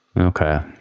Okay